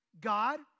God